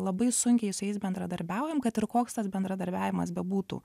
labai sunkiai su jais bendradarbiaujam kad ir koks tas bendradarbiavimas bebūtų